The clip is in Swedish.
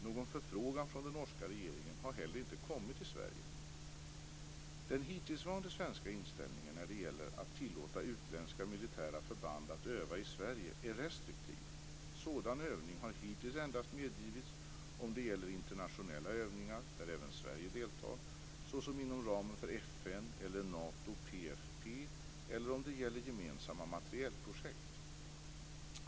Någon förfrågan från den norska regeringen har heller inte kommit till Sverige. Den hittillsvarande svenska inställningen när det gäller att tillåta utländska militära förband att öva i Sverige är restriktiv. Sådan övning har hittills endast medgivits om det gäller internationella övningar där även Sverige deltar, såsom inom ramen för FN eller Nato/PFF eller om det gäller gemensamma materielprojekt.